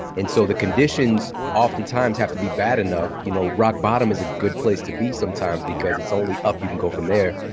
and so the conditions often times have to be bad enough. you know rock bottom is a good place to be sometimes because it's only up you can go from there.